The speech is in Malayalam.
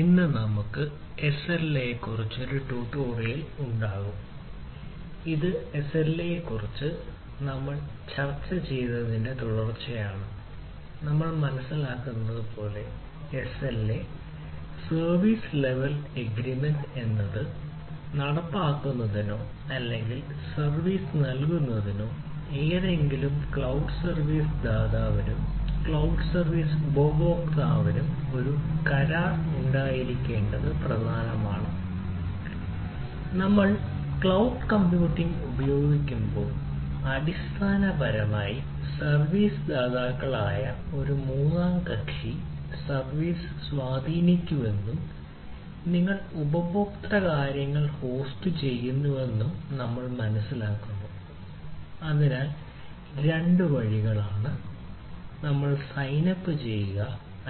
ഇന്ന് നമുക്ക് എസ്എൽഎ ചെയ്യുക